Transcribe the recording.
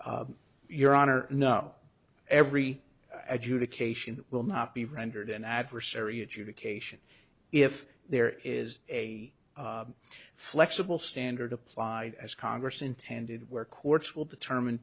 bit your honor no every adjudication will not be rendered an adversary adjudication if there is a flexible standard applied as congress intended where courts will determine